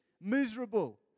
miserable